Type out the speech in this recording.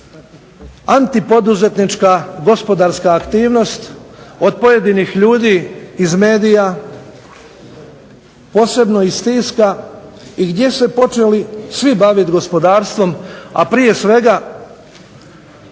antipoduzetnička gospodarska aktivnost od pojedinih ljudi iz medija posebno iz tiska i gdje se počeli svi bavit gospodarstvom, a prije svega